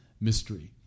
mystery